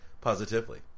positively